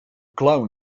clown